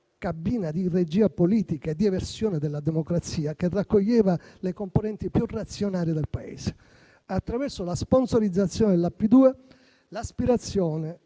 cabina di regia politica di eversione della democrazia, che raccoglieva le componenti più reazionarie del Paese. Attraverso la sponsorizzazione della P2, l'aspirazione